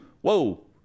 whoa